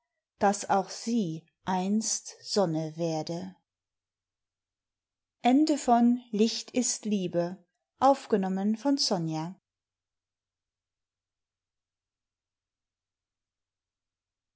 daß auch sie einst sonne werde lucifer